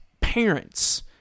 parents